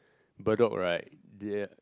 Bedok right they